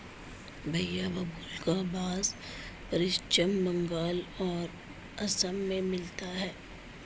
भईया बाबुल्का बास पश्चिम बंगाल और असम में मिलता है